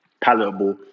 palatable